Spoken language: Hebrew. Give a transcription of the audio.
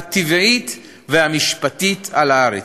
הטבעית והמשפטית על הארץ.